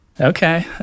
Okay